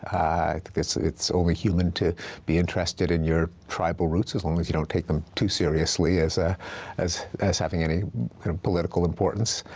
i think it's it's only human to be interested in your tribal roots, as long as you don't take them too seriously as ah as having any political importance.